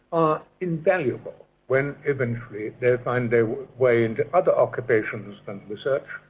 are invaluable, when eventually they find their way into other occupations, than research,